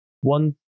one